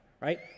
right